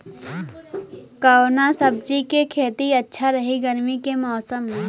कवना सब्जी के खेती अच्छा रही गर्मी के मौसम में?